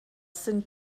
sind